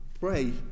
pray